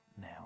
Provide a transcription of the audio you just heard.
now